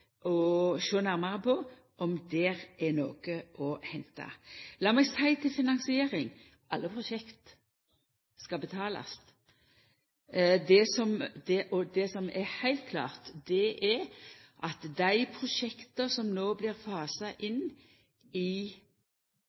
å sjå om det er noko å henta der. Lat meg seia om finansiering: Alle prosjekt skal betalast, og det som er heilt klart, er at for dei prosjekta som no blir fasa inn i